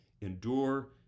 endure